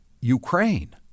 Ukraine